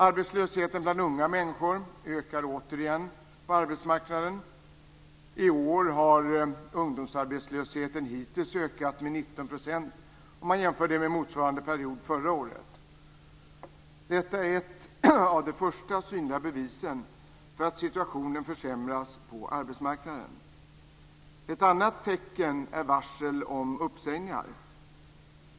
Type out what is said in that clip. Arbetslösheten bland unga människor ökar återigen på arbetsmarknaden. I år har ungdomsarbetslösheten hittills ökat med 19 % om man jämför med motsvarande period förra året. Detta är ett av de första synliga bevisen för att situationen försämras på arbetsmarknaden. Ett annat tecken är varsel om uppsägningar.